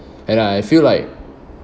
and I feel like